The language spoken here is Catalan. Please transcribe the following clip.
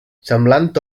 semblant